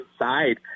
inside